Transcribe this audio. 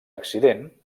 accident